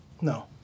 No